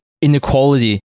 inequality